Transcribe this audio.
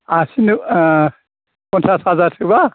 आसिनो फनसास हाजारसोबा